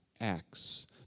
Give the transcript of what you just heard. acts